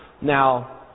Now